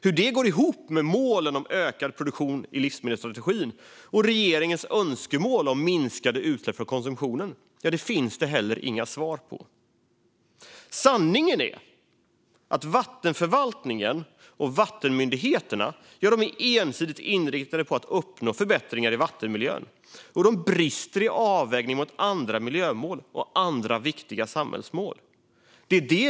Hur det går ihop med målen om ökad produktion i livsmedelsstrategin och regeringens önskemål om minskade utsläpp från konsumtionen finns det heller inga svar på. Sanningen är att vattenförvaltningen och vattenmyndigheterna är ensidigt inriktade på att uppnå förbättringar i vattenmiljön och brister i avvägningar mot andra miljömål och andra viktiga samhällsmål.